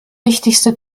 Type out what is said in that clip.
wichtigste